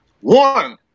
one